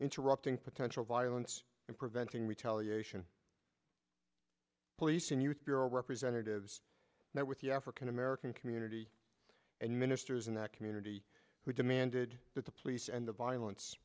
interrupting potential violence and preventing retaliation police and youth bureau representatives now with the african american community and ministers in that community who demanded that the police and the violence